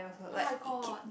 oh-my-god